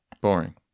Boring